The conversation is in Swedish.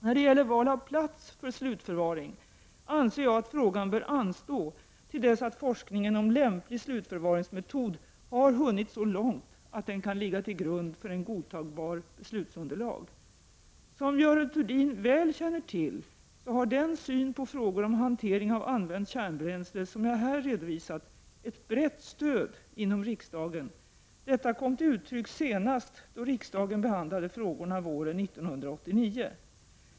När det gäller val av plats för slutförvaring anser jag att frågan bör anstå till dess forskningen om lämplig slutförvaringsmetod har hunnit så långt att den kan ligga till grund för ett godtagbart beslutsunderlag. Som Görel Thurdin väl känner till så har den syn på frågor om hantering av använt kärnbränsle som jag här redovisat ett brett stöd inom riksdagen. Detta kom till uttryck senast då riksdagen behandlade frågorna våren 1989 .